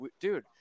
dude